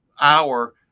hour